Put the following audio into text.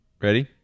Ready